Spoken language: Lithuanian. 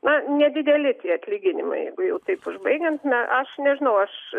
na nedideli tie atlyginimai jeigu jau taip užbaigiant ne aš nežinau aš